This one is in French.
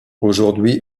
aujourd’hui